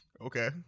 Okay